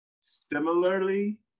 similarly